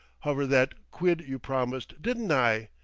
hover that quid you promised, didn't i?